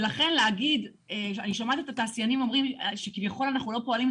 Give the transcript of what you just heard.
אני שומעת את התעשיינים אומרים שכביכול אנחנו לא פועלים,